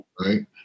right